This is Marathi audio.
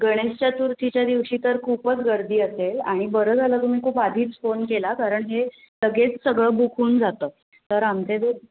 गणेश चतुर्थीच्या दिवशी तर खूपच गर्दी असेल आणि बरं झालं तुम्ही खूप आधीच फोन केला कारण हे लगेच सगळं बुक होऊन जातं तर आमचे जे